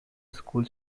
school